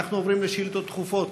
אנחנו עוברים לשאילתות דחופות.